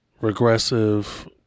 regressive